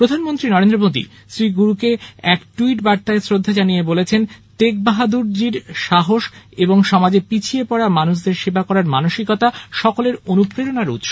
প্রধানমন্ত্রী নরেন্দ্র মোদী শ্রী গুরুকে এক ট্যুইট বার্তায় শ্রদ্ধা জানিয়ে বলেছেন তেগবাহাদুরজীর সাহস এবং সমাজে পিছিয়ে পড়া মানুষদের সেবা করার মানসিকতা সকলের অনুপ্রেরণার উৎস